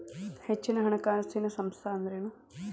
ಹೆಚ್ಚಿನ ಹಣಕಾಸಿನ ಸಂಸ್ಥಾ ಅಂದ್ರೇನು?